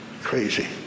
crazy